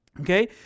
Okay